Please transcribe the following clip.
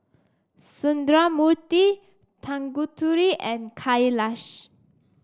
Sundramoorthy Tanguturi and Kailash